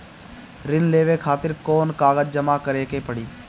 ऋण लेवे खातिर कौन कागज जमा करे के पड़ी?